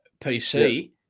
PC